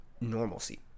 normalcy